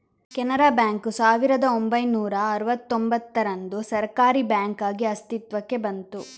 Canara bank ಸಾವಿರದ ಒಂಬೈನೂರ ಅರುವತ್ತೂಂಭತ್ತರಂದು ಸರ್ಕಾರೀ ಬ್ಯಾಂಕಾಗಿ ಅಸ್ತಿತ್ವಕ್ಕೆ ಬಂತು